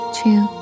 two